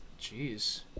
Jeez